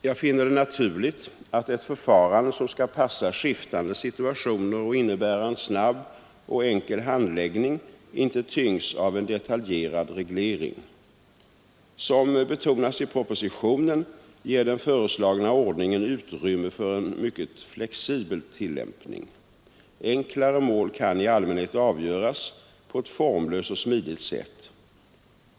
Jag finner det naturligt att ett förfarande som skall passa skiftande situationer och innebära en snabb och enkel handläggning inte tyngs av en detaljerad reglering. Som betonas i propositionen ger den föreslagna ordningen utrymme för en mycket flexibel tillämpning. Enklare mål kan i allmänhet avgöras på ett formlöst och smidigt sätt.